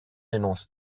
dénonce